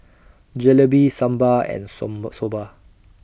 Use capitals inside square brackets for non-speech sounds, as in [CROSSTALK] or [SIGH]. Jalebi Sambar and [UNINTELLIGIBLE] Soba